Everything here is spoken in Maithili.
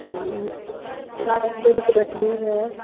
साग अभी देरी छै कटनीमे